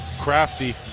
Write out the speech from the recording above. crafty